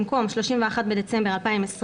במקום "31 בדצמבר 2020"